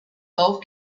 golf